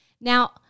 Now